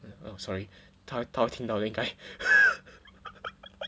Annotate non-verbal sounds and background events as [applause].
oh sorry 他要听到呢带 [laughs]